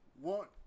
one